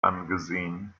angesehen